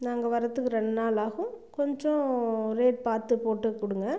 நாங்கள் வரதுக்கு ரெண்டு நாள் ஆகும் கொஞ்சம் ரேட் பார்த்து போட்டு கொடுங்க